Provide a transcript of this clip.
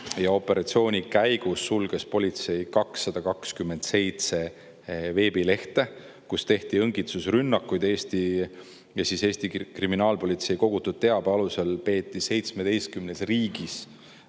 Operatsiooni käigus sulges politsei 227 veebilehte, kus tehti õngitsusrünnakuid. Eesti kriminaalpolitsei kogutud teabe alusel peeti 17 riigis